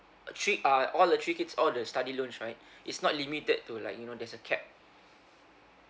three uh all the three kids all the study loans right it's not limited to like you know there's a cap